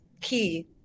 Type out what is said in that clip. key